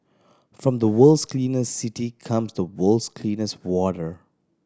from the world's cleanest city comes the world's cleanest water